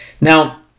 Now